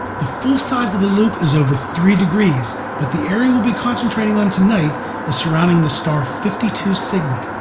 the full size of the loop is over three degrees, but the area we will be concentrating on tonight is surrounding the star fifty two cygni.